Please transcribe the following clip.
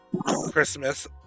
Christmas